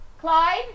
Clyde